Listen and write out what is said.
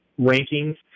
rankings